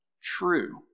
true